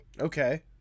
okay